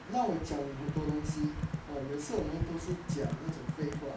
让我讲很多东西每次我们都是讲那种废话